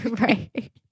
Right